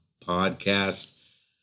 podcast